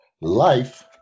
Life